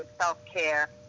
self-care